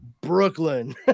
Brooklyn